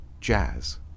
jazz